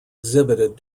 exhibited